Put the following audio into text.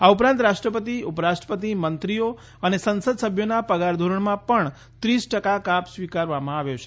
આ ઉપરાંત રાષ્ટ્રપતિ ઉપરાષ્ટ્રપતિ મંત્રીઓ અને સંસદસભ્યોના પગારધીરણમાં પણ ત્રીસ ટકા કાપ સ્વીકારવામાં આવ્યો છે